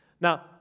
Now